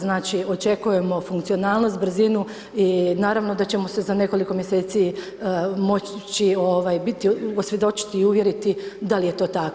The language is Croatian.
Znači očekujemo funkcionalnost, brzinu i naravno da ćemo se za nekoliko mjeseci moći biti, svjedočiti u ovjeriti da li je to tako.